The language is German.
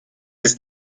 ist